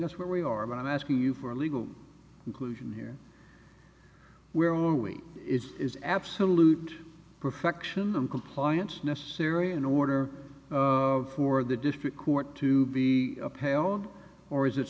that's what we are but i'm asking you for a legal conclusion here where only it is absolute perfection and compliance necessary in order for the district court to be upheld or is it